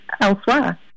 elsewhere